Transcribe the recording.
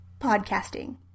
podcasting